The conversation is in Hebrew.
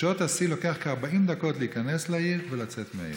בשעות השיא לוקח כ-40 דקות להיכנס לעיר ולצאת מהעיר.